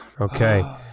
Okay